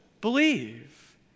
believe